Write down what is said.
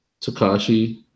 Takashi